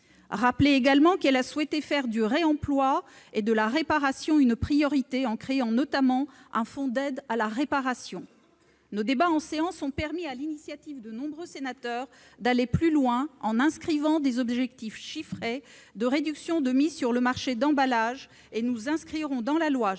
déchets. Ensuite, elle a souhaité faire du réemploi et de la réparation une priorité, en créant notamment un fonds d'aide à la réparation. Nos débats en séance ont permis, sur l'initiative de nombreux collègues, d'aller plus loin, en inscrivant des objectifs chiffrés de réduction de mise sur le marché d'emballages et nous inscrirons dans la loi, je